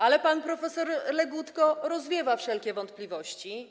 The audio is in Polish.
Ale pan prof. Legutko rozwiewa wszelkie wątpliwości.